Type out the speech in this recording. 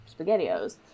SpaghettiOs